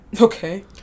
Okay